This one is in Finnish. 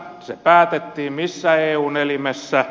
missä se päätettiin missä eun elimessä